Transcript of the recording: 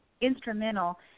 instrumental